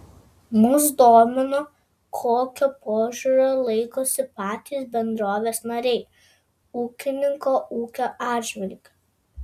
mus domino kokio požiūrio laikosi patys bendrovės nariai ūkininko ūkio atžvilgiu